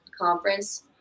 conference